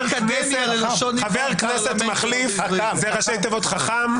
חבר כנסת מחליף, ראשי התיבות חכ"מ.